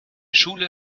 schule